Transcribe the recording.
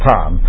Tom